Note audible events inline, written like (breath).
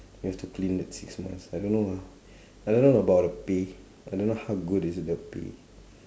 you have to clean that six months I don't know lah (breath) I don't know about the pay I don't know how good is it the pay